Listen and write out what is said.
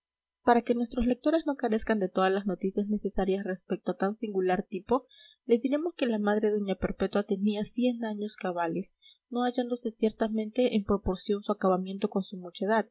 para que nuestros lectores no carezcan de todas las noticias necesarias respecto a tan singular tipo les diremos que la madre doña perpetua tenía cien años cabales no hallándose ciertamente en proporción su acabamiento con su mucha